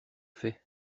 fait